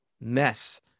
mess